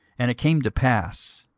and it came to pass,